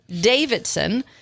Davidson